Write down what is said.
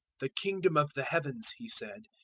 the kingdom of the heavens, he said,